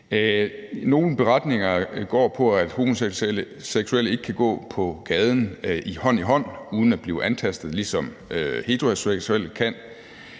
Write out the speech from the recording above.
Nogle beretninger går på, at homoseksuelle ikke kan gå på gaden hånd i hånd uden at blive antastet, ligesom heteroseksuelle kan.